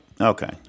Okay